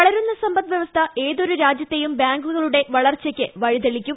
വളരുന്ന സമ്പദ്വ്യവസ്ഥ ഏക്കൊരു രാജ്യത്തെയും ബാങ്കുകളുടെ വളർച്ചയ്ക്ക് വഴിത്തളിക്കും